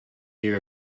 die